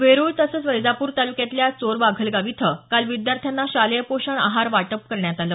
वेरुळ तसंच वैजापूर तालुक्यातील चोरवाघलगाव इथं काल विद्यार्थ्यांना शालेय पोषण आहार वाटप करण्यात आलं